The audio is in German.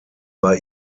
bei